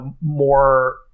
more